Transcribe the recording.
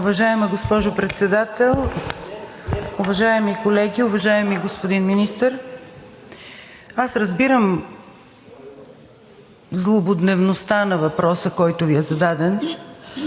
Уважаема госпожо Председател, уважаеми колеги, уважаеми господин Министър! Аз разбирам злободневността на въпроса, който Ви е зададен,